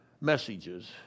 messages